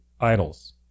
idols